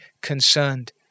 concerned